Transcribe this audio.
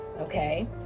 okay